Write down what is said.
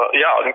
Ja